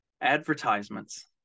advertisements